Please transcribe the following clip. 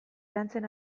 lantzen